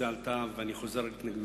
ואני חוזר על התנגדותי.